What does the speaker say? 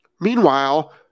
Meanwhile